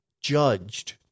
judged